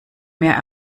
mehr